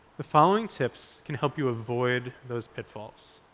the following tips can help you avoid those pitfalls.